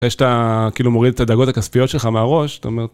אחרי שאתה מוריד את הדאגות הכספיות שלך מהראש, אתה אומר..